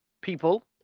People